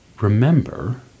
remember